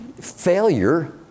failure